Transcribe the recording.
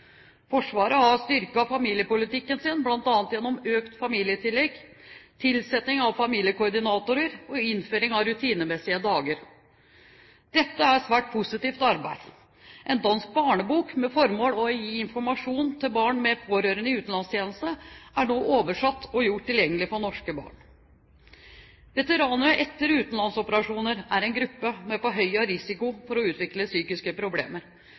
Forsvaret har styrket familiepolitikken sin, bl.a. gjennom økt familietillegg, tilsetting av familiekoordinatorer og innføring av rutinemessige familiedager. Dette er et svært positivt arbeid. En dansk barnebok med formålet å gi informasjon til barn med pårørende i utenlandstjeneste er nå oversatt og gjort tilgjengelig for norske barn. Veteraner etter utenlandsoperasjoner er en gruppe med forhøyet risiko for å utvikle psykiske problemer.